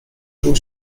czuł